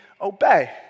obey